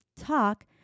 talk